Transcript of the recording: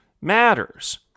matters